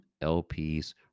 LP's